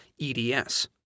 EDS